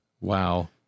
Wow